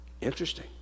Interesting